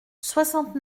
soixante